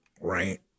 right